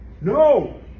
No